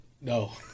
No